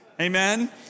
Amen